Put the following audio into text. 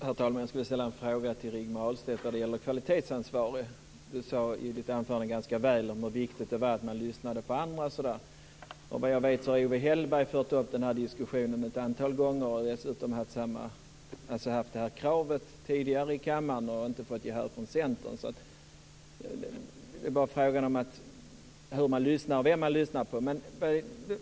Herr talman! Jag har en fråga till dig, Rigmor Du talade i ditt anförande ganska väl om hur viktigt det är att lyssna på andra. Såvitt jag vet har Owe Hellberg ett antal gånger fört upp den här diskussionen. Dessutom har det här kravet ställts tidigare i denna kammare utan att vinna gehör från Centern. Det är alltså en fråga om hur man lyssnar och vem man lyssnar på.